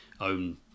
own